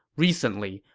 recently,